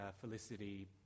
Felicity